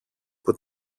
που